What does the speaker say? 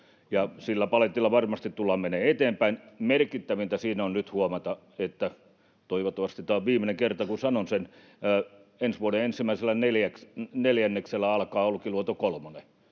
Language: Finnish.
sillä paletilla varmasti tullaan menemään eteenpäin. Merkittävintä siinä on nyt huomata, että — toivottavasti tämä on viimeinen kerta, kun sanon sen — ensi vuoden ensimmäisellä neljänneksellä alkaa Olkiluoto kolmonen.